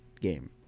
game